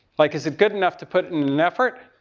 like is it good enough to put in an effort?